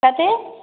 कथी